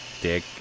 dick